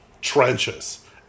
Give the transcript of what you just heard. trenches